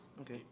Okay